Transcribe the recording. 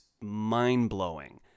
mind-blowing